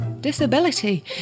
disability